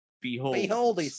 Behold